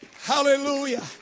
Hallelujah